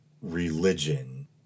religion